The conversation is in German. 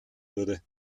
würde